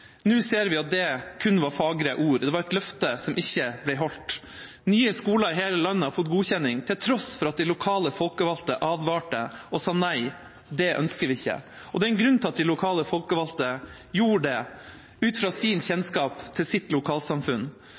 Nå ser vi at det kun var fagre ord – det var et løfte som ikke ble holdt. Nye skoler i hele landet har fått godkjenning, til tross for at de lokale folkevalgte advarte og sa nei: Dette ønsker vi ikke! Det er en grunn til at de lokale folkevalgte gjorde det, ut fra sin kjennskap til sitt lokalsamfunn.